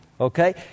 okay